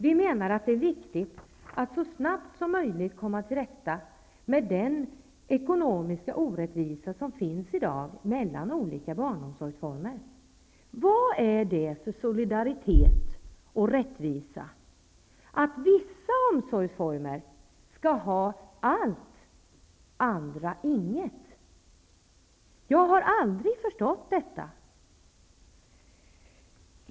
Vi menar att det är viktigt att så snabbt som möjligt komma till rätta med den ekonomiska orättvisa som finns i dag mellan olika barnomsorgsformer. Vad är det för solidaritet och rättvisa i att en viss omsorgsform skall ha allt, andra inget? Jag har aldrig förstått detta.